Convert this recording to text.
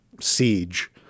siege